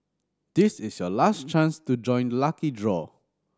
this is your last chance to join the lucky draw